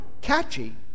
catchy